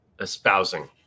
espousing